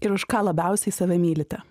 ir už ką labiausiai save mylite